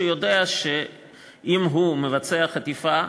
שיודע שאם הוא מבצע חטיפה,